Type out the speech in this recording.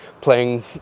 playing